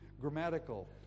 Grammatical